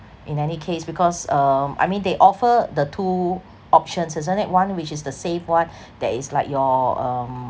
in any case because um I mean they offer the two options isn't it one which is the save [one] that is like your um